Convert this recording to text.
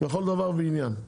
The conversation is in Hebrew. לכל דבר ועניין.